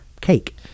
cake